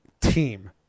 team